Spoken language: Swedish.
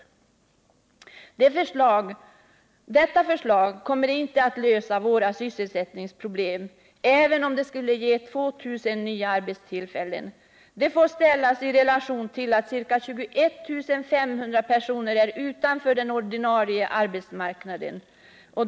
Detta förslag kommer inte att lösa våra sysselsättningsproblem även om det skulle ge 2 000 nya arbetstillfällen. Det får ställas i relation till att ca 21 500 personer är utanför den ordinarie arbetsmarknaden.